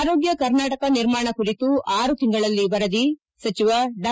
ಆರೋಗ್ಯ ಕರ್ನಾಟಕ ನಿರ್ಮಾಣ ಕುರಿತು ಆರು ತಿಂಗಳಲ್ಲಿ ವರದಿ ಸಚವ ಡಾ